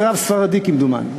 זה רב ספרדי כמדומני,